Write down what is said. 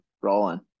rolling